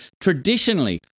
traditionally